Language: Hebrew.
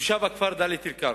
תושב הכפר דאלית-אל-כרמל.